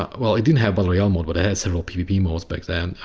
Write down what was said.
well it didn't have battle royale mode, but it had several pbb modes back then.